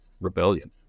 rebellion